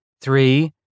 three